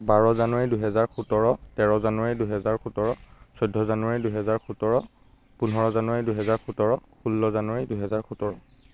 বাৰ জানুৱাৰী দুহেজাৰ সোতৰ তেৰ জানুৱাৰী দুহেজাৰ সোতৰ চৈধ্য জানুৱাৰী দুহেজাৰ সোতৰ পোন্ধৰ জানুৱাৰী দুহেজাৰ সোতৰ ষোল্ল জানুৱাৰী দুহেজাৰ সোতৰ